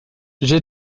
j’ai